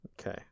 Okay